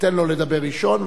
אתן לו לדבר ראשון,